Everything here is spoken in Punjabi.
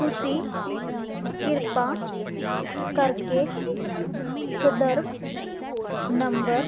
ਤੁਸੀਂ ਕਿਰਪਾ ਕਰਕੇ ਸੰਦਰਭ ਨੰਬਰ